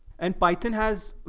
and python has,